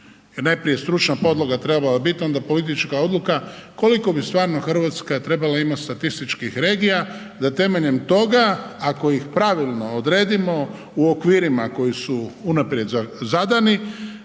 najprije je stručna podloga trebala biti a onda politička odluka, koliko bi stvarno Hrvatske trebala imati statističkih regija da temeljem toga ako ih pravilno odredimo u okvirima koji su unaprijed zadani